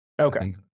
Okay